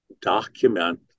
document